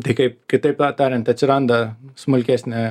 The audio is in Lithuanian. tai kaip kitaip na tariant atsiranda smulkesnė